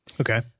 Okay